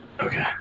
Okay